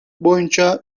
боюнча